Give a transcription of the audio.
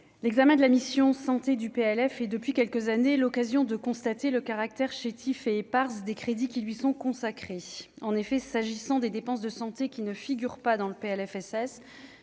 l'examen de la mission santé du PLF et depuis quelques années, l'occasion de constater le caractère chétif éparses des crédits qui lui sont consacrés, en effet, s'agissant des dépenses de santé qui ne figure pas dans le PLFSS